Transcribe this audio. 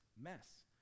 mess